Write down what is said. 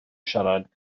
siarad